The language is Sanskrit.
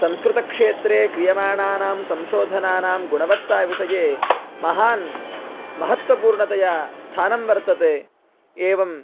संस्कृतक्षेत्रे क्रियमाणानां संशोधनानां गुणवत्ता विषये महान् महत्त्वपूर्णतया स्थानं वर्तते एवम्